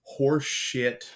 horseshit